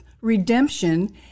redemption